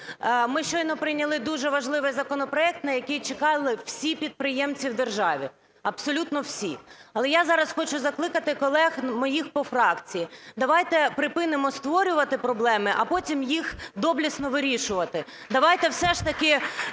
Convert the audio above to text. Ми щойно прийняли дуже важливий законопроект, на який чекали всі підприємці в державі, абсолютно всі. Але я зараз хочу закликати колег моїх по фракції, давайте припинимо створювати проблеми, а потім їх доблесно вирішувати. Давайте все ж таки